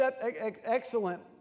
excellent